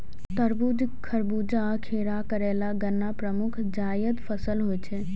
तरबूज, खरबूजा, खीरा, करेला, गन्ना प्रमुख जायद फसल होइ छै